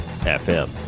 FM